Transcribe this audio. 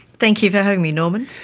thank you for having me norman.